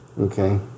Okay